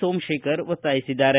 ಸೋಮಶೇಖರ್ ಒತ್ತಾಯಿಸಿದ್ದಾರೆ